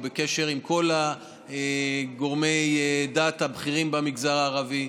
הוא בקשר עם כל גורמי הדת הבכירים במגזר הערבי.